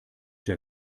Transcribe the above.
der